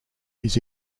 his